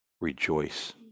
rejoice